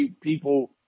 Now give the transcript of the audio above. people